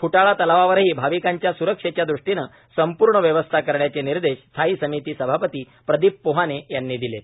फ्टाळा तलावावरही भाविकांच्या सुरक्षेच्या दृष्टीनं संपूर्ण व्यवस्था करण्याचे निर्देश स्थायी समिती सभापती प्रदीप पोहाणे यांनी दिलेत